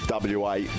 WA